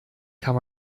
kann